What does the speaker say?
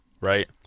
Right